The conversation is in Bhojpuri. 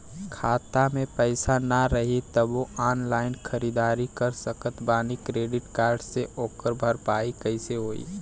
खाता में पैसा ना रही तबों ऑनलाइन ख़रीदारी कर सकत बानी क्रेडिट कार्ड से ओकर भरपाई कइसे होई?